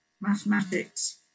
mathematics